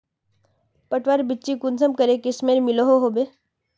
पटवार बिच्ची कुंसम करे किस्मेर मिलोहो होबे?